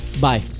Bye